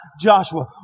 Joshua